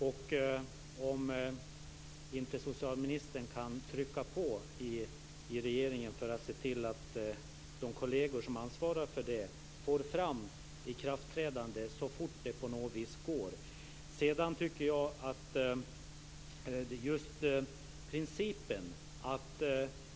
Kan inte socialministern trycka på i regeringen för att de kolleger som ansvarar för detta får fram ett ikraftträdande så fort det någonsin går?